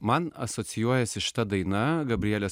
man asocijuojasi šita daina gabrielės